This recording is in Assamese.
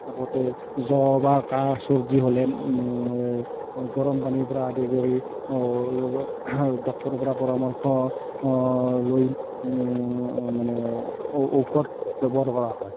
আগতে জ্বৰ বা কাহ চৰ্দি হ'লে গৰম পানীৰ পৰা আদি কৰি ডক্তৰৰ পৰা পৰামৰ্শ লৈ মানে ঔষধ ব্যৱহাৰ কৰা হয়